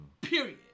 Period